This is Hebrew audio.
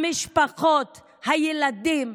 המשפחות, הילדים,